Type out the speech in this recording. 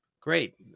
Great